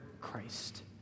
Christ